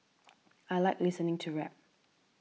I like listening to rap